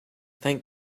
thank